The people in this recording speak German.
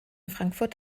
frankfurt